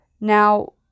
Now